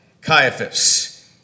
Caiaphas